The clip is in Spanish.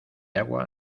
agua